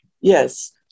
Yes